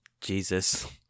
Jesus